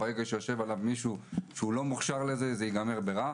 ברגע שיושב עליו מישהו שלא מוכשר לזה זה ייגמר ברע.